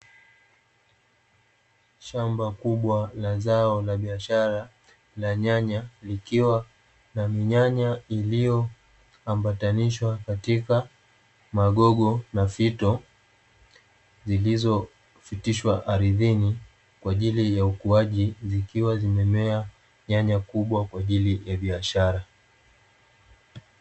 Shamba kubwa la zao la biashara la nyanya, likiwa na minyanya iliyoambatanishwa katika magogo na fito zilizofitishwa ardhini kwa ajili ya ukuaji, zikiwa zimemea nyanya kubwa kwa ajili ya biashara.